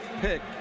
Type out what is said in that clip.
pick